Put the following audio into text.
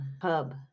pub